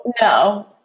no